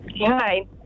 hi